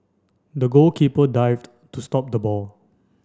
the goalkeeper dived to stop the ball